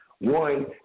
One